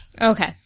Okay